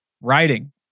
Writing